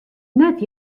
net